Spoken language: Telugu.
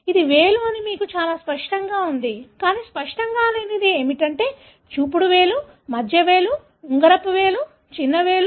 ఇది వేలు అని మీకు చాలా స్పష్టంగా ఉంది కానీ స్పష్టంగా లేనిది ఏమిటంటే చూపుడు వేలు మధ్య వేలు ఉంగరపు వేలు చిన్న వేలు